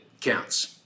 counts